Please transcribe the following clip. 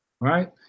Right